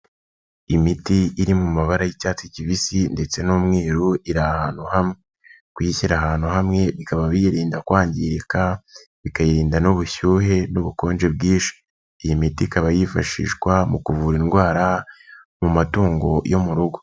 Imiti iri mu mabara y'icyatsi kibisi ndetse n'umweru, iri ahantu hamwe. Kuyishyira ahantu hamwe bikaba birinda kwangirika, bikayirinda n'ubushyuhe n'ubukonje bwinshi. Iyi miti ikaba yifashishwa mu kuvura indwara mu matungo yo mu rugo.